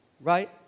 right